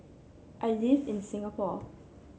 I live in Singapore